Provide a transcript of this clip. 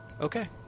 okay